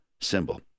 symbol